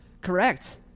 Correct